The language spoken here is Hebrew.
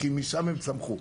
כי משם הם צמחו.